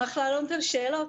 אשמח לענות על שאלות.